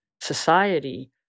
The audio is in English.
society